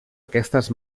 aquestes